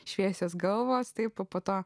šviesios galvos taip o po to